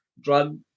drug